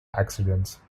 accidents